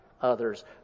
others